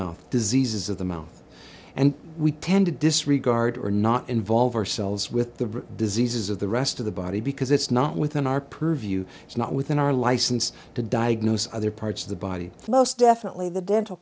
mouth diseases of the mouth and we tend to disregard or not involve ourselves with the diseases of the rest of the body because it's not within our purview it's not within our license to diagnose other parts of the body flows definitely the dental